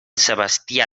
sebastià